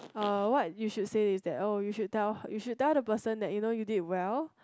uh what you say is that oh you should tell you should the person that you know you did well